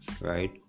right